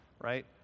right